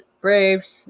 Braves